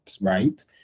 right